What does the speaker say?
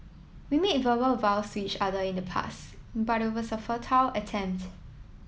we made verbal vows to each other in the pass but it was a fertile attempt